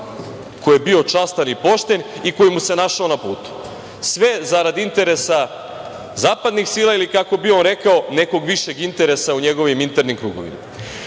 ko je bio častan i pošten i koji mu se našao na putu. Sve zarad interesa zapadnih sila ili, kako bi on rekao, nekog višeg interesa u njegovim internim krugovima.